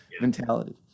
mentality